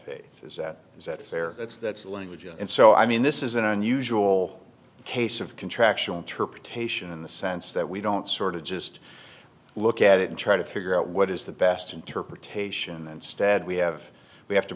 faith is that is that fair that's that's the language and so i mean this is an unusual case of contractual interpretation in the sense that we don't sort of just look at it and try to figure out what is the best interpretation and stead we have we have to